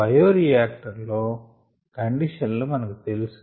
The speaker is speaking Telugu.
బయోరియాక్టర్ లో కండిషన్ లు మనకు తెలుసు